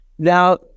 now